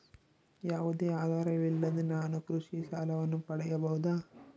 ಯಾವುದೇ ಆಧಾರವಿಲ್ಲದೆ ನಾನು ಕೃಷಿ ಸಾಲವನ್ನು ಪಡೆಯಬಹುದಾ?